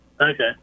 Okay